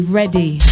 Ready